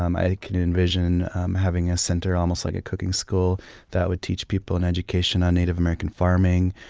um i ah can envision having a center almost like a cooking school that would teach people an education on native american farming,